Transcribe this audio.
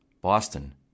Boston